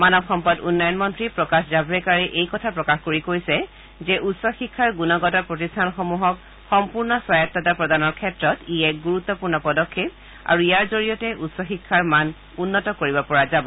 মানৱ সম্পদ উন্নয়ন মন্নী প্ৰকাশ জাম্ৰেকাৰে এই কথা প্ৰকাশ কৰি কৈছে যে উচ্চ শিক্ষাৰ গুণগত প্ৰতিষ্ঠানসমূহৰ সম্পূৰ্ণ স্বায়ত্ততা প্ৰদানৰ ক্ষেত্ৰত ই এক গুৰুত্পূৰ্ণ পদক্ষেপ আৰু ইয়াৰ জৰিয়তে উচ্চ শিক্ষাৰ মান উন্নত কৰিব পৰা যাব